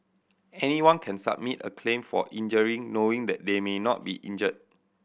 anyone can submit a claim for injury knowing that they may not be injure